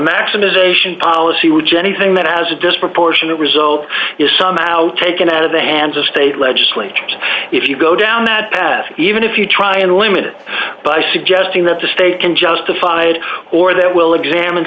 maximisation policy which anything that has a disproportionate result is somehow taken out of the hands of state legislatures if you go down that path even if you try and limit by suggesting that the state can justify it or there will examine